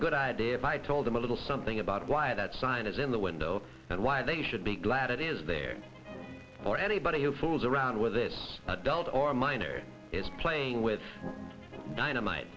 good idea if i told them a little something about why that sign is in the window and why they should be glad it is there or anybody who fools around with this adult or minor is playing with dynamite